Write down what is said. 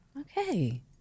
Okay